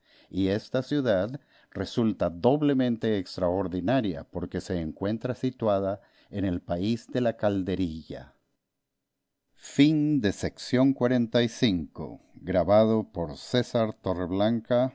y esta ciudad resulta doblemente extraordinaria porque se encuentra situada en el país de la calderilla ii la reivindicación de los millonarios indalecio prieto el actual diputado